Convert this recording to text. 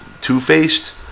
two-faced